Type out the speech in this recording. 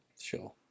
sure